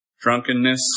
drunkenness